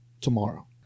tomorrow